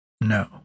no